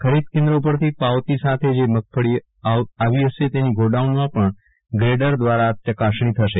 ખરીદ કેન્દ્ર ઉપરથી પાવતી સાથે જે મગફળી આવી ફશે તેની ગોડાઉનમાં પણ ગ્રેડર દ્રારા ચકાસણી થશે